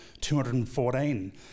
214